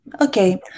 Okay